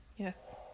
Yes